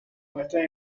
muestran